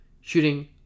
shooting